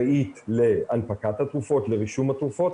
שאחראית להנפקת התרופות, לרישום התרופות,